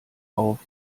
auf